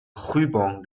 ruban